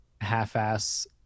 half-ass